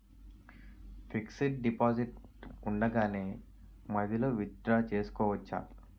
Fixed deposit ఉండగానే మధ్యలో withdraw చేసుకోవచ్చా?